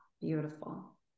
beautiful